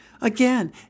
Again